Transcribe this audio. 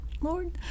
Lord